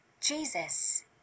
Jesus